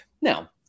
Now